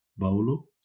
Baulo